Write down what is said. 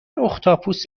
اختاپوس